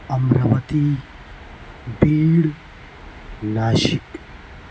Amravati Beed Nashik